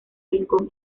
rincón